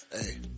Hey